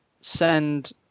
send